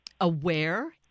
aware